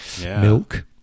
milk